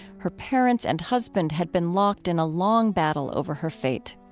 her parents and husband had been locked in a long battle over her fate